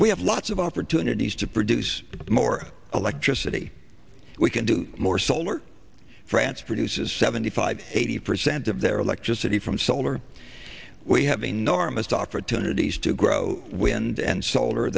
we have lots of opportunities to produce more electricity we can do more solar france produces seventy five eighty percent of their electricity from solar we have enormous opportunities to grow wind and sol